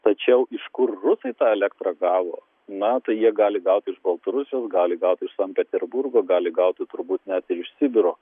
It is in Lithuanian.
tačiau iš kur rusai tą elektrą gavo na tai jie gali gauti iš baltarusijos gali gauti iš sankt peterburgo gali gauti turbūt net ir iš sibiro